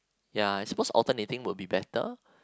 ya I suppose alternating would be better